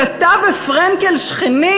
כי אתה ופרנקל שכנים.